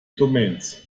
domains